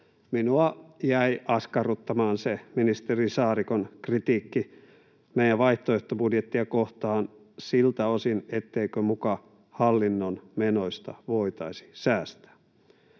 minua jäi askarruttamaan se ministeri Saarikon kritiikki meidän vaihtoehtobudjettiamme kohtaan siltä osin, etteikö muka hallinnon menoista voitaisi säästää.